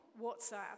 WhatsApp